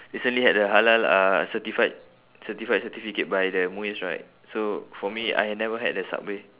recently had a halal uh certified certified certificate by the MUIS right so for me I never had the subway